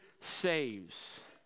saves